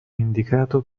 indicato